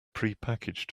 prepackaged